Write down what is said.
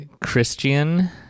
Christian